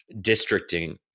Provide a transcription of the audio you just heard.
districting